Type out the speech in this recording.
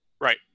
Right